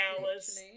hours